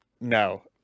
No